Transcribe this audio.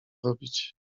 robić